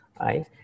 right